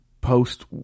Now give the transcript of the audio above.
post